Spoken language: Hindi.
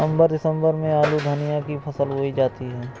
नवम्बर दिसम्बर में आलू धनिया की फसल बोई जाती है?